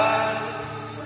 eyes